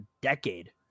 decade